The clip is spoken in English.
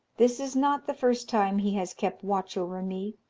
this is not the first time he has kept watch over me.